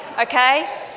okay